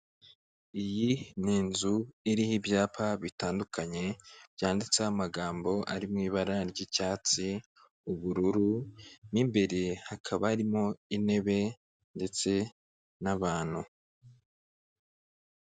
Iyi ni inzu iriho ibyapa bitandukanye byanditseho amagambo ari mu ibara ry'icyatsi ubururu n'imbere hakaba harimo intebe ndetse n'abantu.